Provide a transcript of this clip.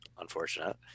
unfortunate